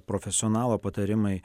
profesionalo patarimai